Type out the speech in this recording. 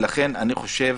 אני חושב